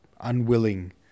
unwilling